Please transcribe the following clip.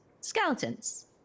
skeletons